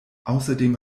außerdem